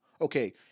Okay